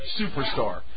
superstar